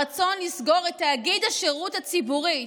הרצון לסגור את תאגיד השירות הציבורי,